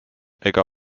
ega